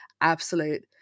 Absolute